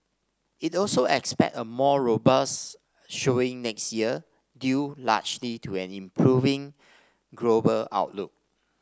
it also expects a more robust showing next year due largely to an improving global outlook